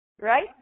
right